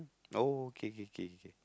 no kay kay kay kay